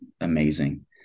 amazing